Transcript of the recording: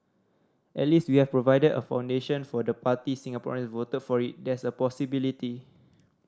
at least we have provided a foundation for the party Singaporeans voted for it there's a possibility